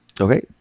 Okay